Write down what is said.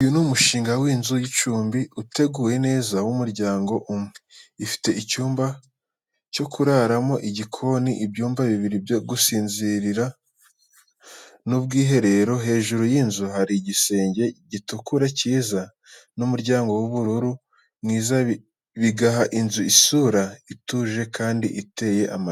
Uyu ni umushinga w’inzu y’icumbi uteguwe neza w'umuryango umwe. Ifite icyumba cyo kuraramo, igikoni, ibyumba bibiri byo gusinzira n’ubwiherero. Hejuru y’inzu hari igisenge gitukura cyiza n’umuryango w’ubururu mwiza, bigaha inzu isura ituje kandi iteye amabengeza.